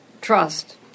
trust